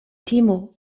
timo